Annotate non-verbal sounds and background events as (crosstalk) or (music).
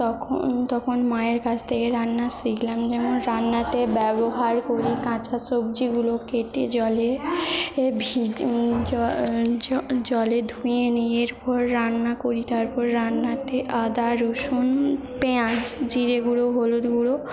তখন তখন মায়ের কাছ থেকে রান্না শিখলাম যেমন রান্নাতে ব্যবহার করি কাঁচা সবজিগুলো কেটে জলে ভিজি (unintelligible) জলে ধুয়ে নিই এরপর রান্না করি তারপর রান্নাতে আদা রসুন পেঁয়াজ জিরে গুঁড়ো হলুদ গুঁড়ো